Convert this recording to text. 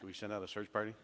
us we sent out a search party